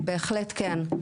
בהחלט כן.